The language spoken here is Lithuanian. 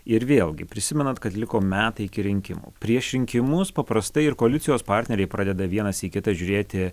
ir vėlgi prisimenant kad liko metai iki rinkimų prieš rinkimus paprastai ir koalicijos partneriai pradeda vienas į kitą žiūrėti